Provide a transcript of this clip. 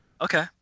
Okay